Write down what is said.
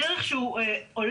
בדרך שהוא עולה,